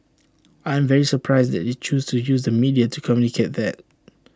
I'm very surprised that they choose to use the media to communicate that